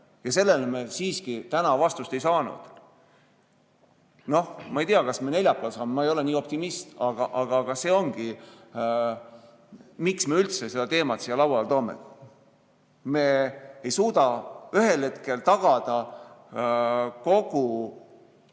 sellele me siiski täna vastust ei saanud. Noh, ma ei tea, kas me neljapäeval saame, ma ei ole [selles suhtes] optimist, aga see ongi [põhjus], miks me üldse seda teemat siia lauale toome. Me ei suuda ühel hetkel tagada kogu